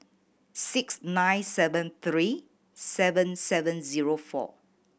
six nine seven three seven seven zero four